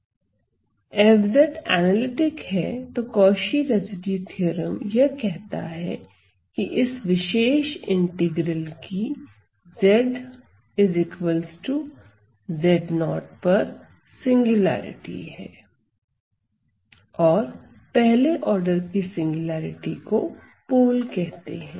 f analytic है तो Cauchy residue theorem यह कहता है की इस विशेष इंटीग्रल की zz0 पर सिंगुलेरिटी है और पहले आर्डर की सिंगुलेरिटी को पोल कहते हैं